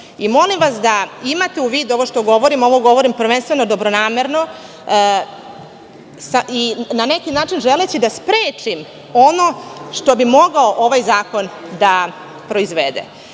Molim vas da imate u vidu ovo što govorim. Ovo govorim prvenstveno dobronamerno, na neki način želeći da sprečim ono što bi mogao ovaj zakon da proizvode. Na